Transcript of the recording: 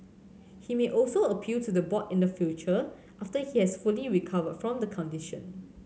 he may also appeal to the board in the future after he has fully recovered from the condition